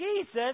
Jesus